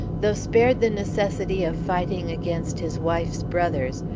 though spared the necessity of fighting against his wife's brothers,